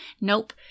nope